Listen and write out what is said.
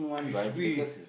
crispy